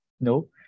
No